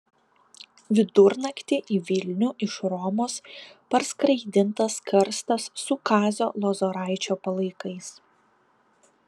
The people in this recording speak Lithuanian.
vidurnaktį į vilnių iš romos parskraidintas karstas su kazio lozoraičio palaikais